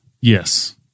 Yes